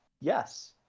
Yes